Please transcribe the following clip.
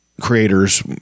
creators